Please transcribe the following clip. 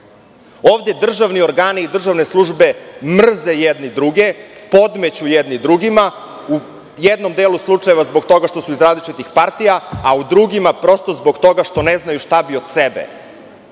Ovde državni organi i državne službe mrze jedni druge, podmeću jedni drugima, u jednom deluj slučajeva zbog toga što su iz različitih partija, a u drugima prosto zbog toga što ne znaju šta bi od sebe.